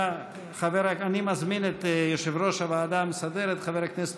אני מזמין את יושב-ראש הוועדה המסדרת חבר הכנסת